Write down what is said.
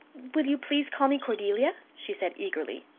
will you please call me cordelia? she said eagerly.